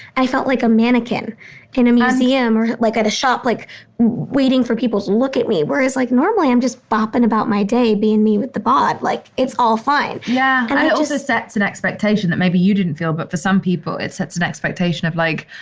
i felt like a mannequin in a museum or like at a shop, like waiting for people to look at me, whereas like normally i'm just bopping about my day being me with the bop, like it's all fine yeah. and it also sets an expectation that maybe you didn't feel but for some people it sets an expectation of like,